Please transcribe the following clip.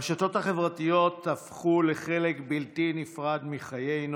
הרשתות החברתיות הפכו לחלק בלתי נפרד מחיינו: